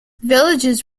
villages